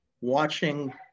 watching